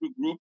group